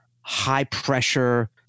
high-pressure